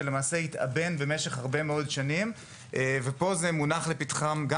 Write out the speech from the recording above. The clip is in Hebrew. שלמעשה התאבן במשך הרבה מאוד שנים ופה זה מונח לפתחם של